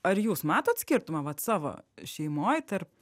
ar jūs matot skirtumą vat savo šeimoj tarp